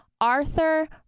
Arthur